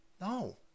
no